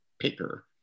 picker